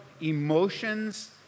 emotions